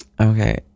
Okay